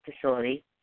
facility